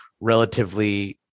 relatively